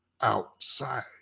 outside